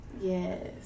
Yes